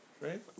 right